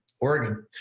Oregon